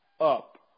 up